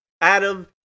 adam